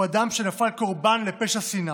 הוא אדם שנפל קורבן לפשע שנאה.